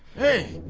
hey!